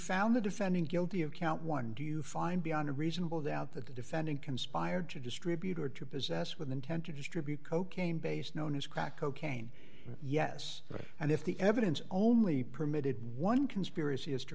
found the defendant guilty of count one do you find beyond a reasonable doubt that the defendant conspired to distribute or to possess with intent to distribute cocaine base known as crack cocaine yes and if the evidence only permitted one conspiracy as to